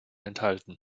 enthalten